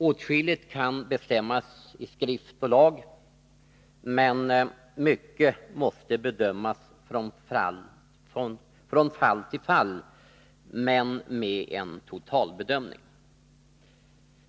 Åtskilligt kan bestämmas i skrift och lag, men mycket måste bedömas från fall till fall — men med en totalbedömning.